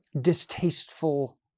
distasteful